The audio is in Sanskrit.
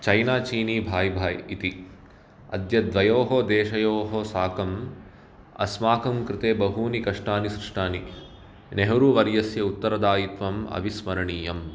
चैना चीनी भाय् भाय् इति अद्य द्वयोः देशयोः साकम् अस्माकं कृते बहूनि कष्टानि शिष्टानि नेहरूवर्यस्य उत्तरदायित्वम् अविस्मर्णीयम्